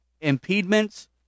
impediments